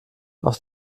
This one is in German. aus